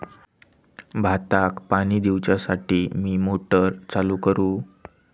भाताक पाणी दिवच्यासाठी मी मोटर चालू करू?